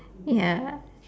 ya